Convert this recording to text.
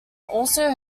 also